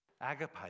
Agape